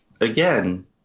again